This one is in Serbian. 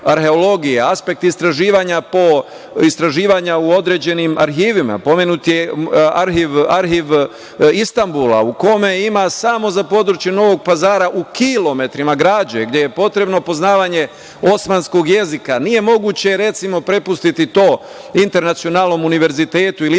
aspekt istraživanja u određenim arhivima. Pomenut je Arhiv Istambula u kome ima samo za područje Novog Pazara u kilometrima građe gde je potrebno poznavanje osmanskog jezika. Nije moguće, recimo, propustiti to internacionalnom univerzitetu ili